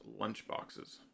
lunchboxes